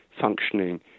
functioning